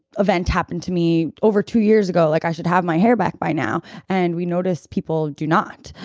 event happen to me over two years ago, like i should have my hair back by now. and we notice people do not.